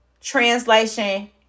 translation